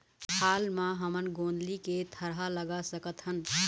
हाल मा हमन गोंदली के थरहा लगा सकतहन?